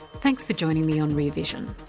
thanks for joining me on rear vision.